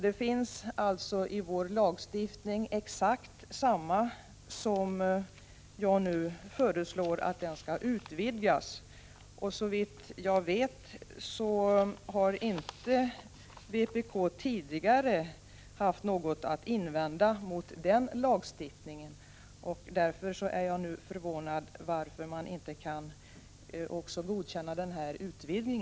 Det finns alltså i vår lagstiftning en formulering som jag nu föreslår skall utvidgas. Såvitt jag vet har inte vpk tidigare haft något att invända mot den lagstiftningen. Därför är jag nu förvånad över att man inte kan godkänna också denna utvidgning.